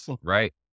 right